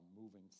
moving